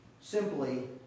Simply